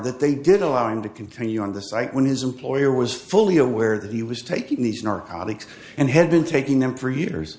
that they did allow him to continue on the site when his employer was fully aware that he was taking these narcotics and had been taking them for years